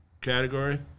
category